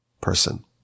person